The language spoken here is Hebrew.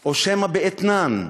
או שמא באתנן.